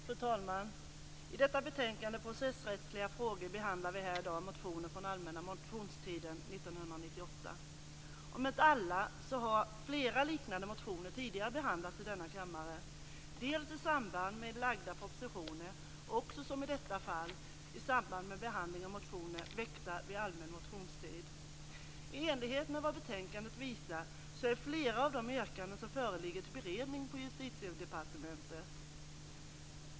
Fru talman! I detta betänkande om processrättsliga frågor behandlar vi här i dag motioner från allmänna motionstiden 1998. Om inte alla så har flera liknande motioner tidigare behandlats i denna kammare i samband med framlagda propositioner och, som i detta fall, i samband med behandling av motioner väckta vid den allmänna motionstiden. I enlighet med vad betänkandet visar så bereds flera av de yrkanden som föreligger på Justitiedepartementet.